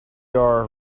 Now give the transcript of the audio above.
are